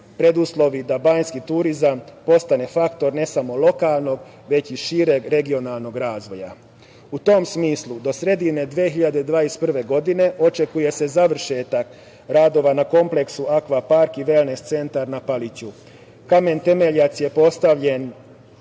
preduslovi da banjski turizam postane faktor ne samo lokalnog, već i šireg regionalnog razvoja.U tom smislu do sredine 2021. godine očekuje se završetak radova na kompleksu akva parka i velnes centar na Paliću. Kamen temeljac je postavljen